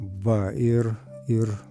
va ir ir